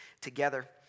together